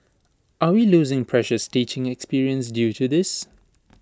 are we losing precious teaching experience due to this